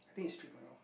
I think is three point oh